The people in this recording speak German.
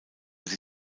sie